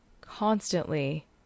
constantly